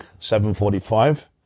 7.45